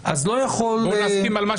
הוחרגה.